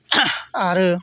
आरो